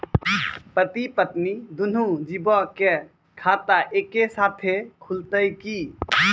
पति पत्नी दुनहु जीबो के खाता एक्के साथै खुलते की?